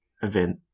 event